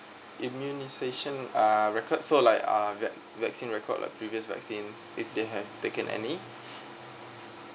immunisation uh record so like uh vac~ vaccine record like previous vaccine if they have taken any